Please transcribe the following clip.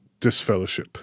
disfellowship